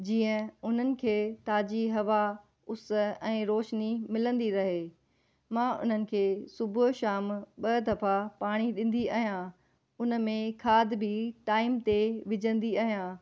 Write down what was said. जीअं उन्हनि नि खे ताज़ी हवा उस ऐं रोशनी मिलंदी रहे मां उन्हनि खे सुबुहु शाम ॿ दफ़ा पाणी ॾींदी आहियां उन में खाद बि टाइम ते विझंदी आहियां